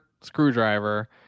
screwdriver